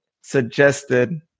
suggested